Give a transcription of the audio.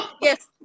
Yes